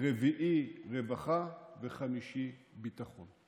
רביעי, רווחה, חמישי, ביטחון.